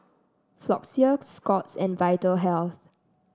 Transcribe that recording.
Floxia Scott's and Vitahealth